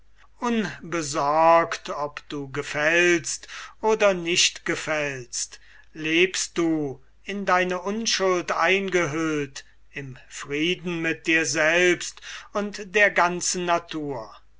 unbesorgt ob du gefällst oder nicht gefällst lebst du in deine unschuld eingehüllt im frieden mit dir selbst und der ganzen natur